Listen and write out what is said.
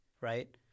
right